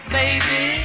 baby